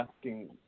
asking